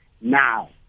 now